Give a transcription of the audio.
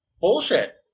bullshit